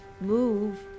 move